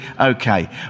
okay